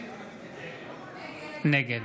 נגד